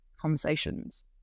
conversations